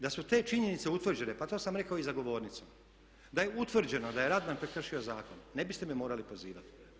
Da su te činjenice utvrđene, pa to sam rekao i za govornicom, da je utvrđeno da je Radman prekršio zakon ne biste me morali pozivati.